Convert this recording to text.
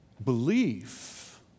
Belief